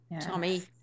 Tommy